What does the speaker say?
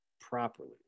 properly